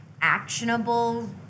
actionable